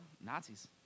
Nazis